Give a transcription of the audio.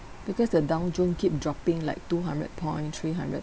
because the Dow Jones keep dropping like two hundred point three hundred